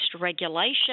regulation